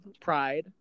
Pride